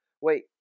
Wait